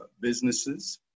businesses